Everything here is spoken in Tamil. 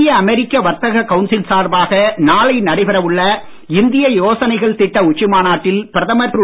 இந்திய அமெரிக்க வர்த்தக கவுன்சில் சார்பாக நாளை நடைபெற உள்ள இந்திய யோசனைகள் திட்ட உச்சி மாநாட்டில் பிரதமர் திரு